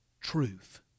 Truth